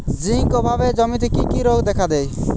Zinc অভাবে জমিতে কি কি রোগ দেখাদেয়?